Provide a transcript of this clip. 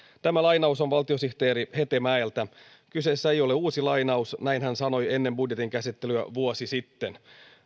tämä lainaus on valtiosihteeri hetemäeltä kyseessä ei ole uusi lainaus näin hän sanoi ennen budjetin käsittelyä vuosi sitten